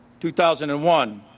2001